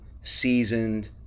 seasoned